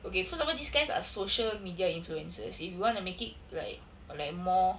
okay first of all these guys are social media influencers if you want to make it like like more